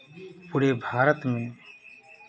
पूरे भारत में